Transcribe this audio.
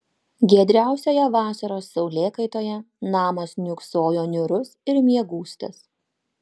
giedriausioje vasaros saulėkaitoje namas niūksojo niūrus ir miegūstas